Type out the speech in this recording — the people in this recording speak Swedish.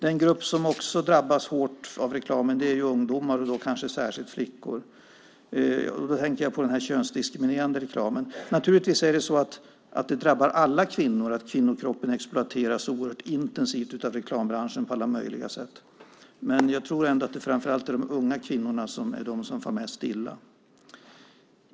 En grupp som drabbas hårt av reklamen är ungdomar och då kanske särskilt flickor. Jag tänker på den könsdiskriminerande reklamen. Naturligtvis drabbar det alla kvinnor att kvinnokroppen exploateras oerhört intensivt av reklambranschen på alla möjliga sätt. Men jag tror ändå att det framför allt är de unga kvinnorna som far mest illa.